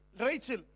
Rachel